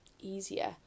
easier